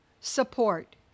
support